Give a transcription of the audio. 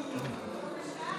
חברי הכנסת, זו השעה